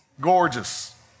Gorgeous